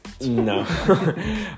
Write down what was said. No